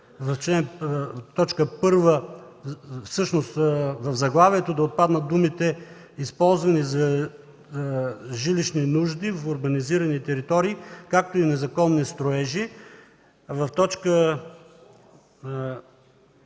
Ви запозная с тях. В заглавието да отпаднат думите „използване за жилищни нужди в урбанизирани територии, както и незаконни строежи“.